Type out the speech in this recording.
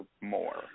more